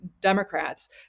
Democrats